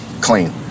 clean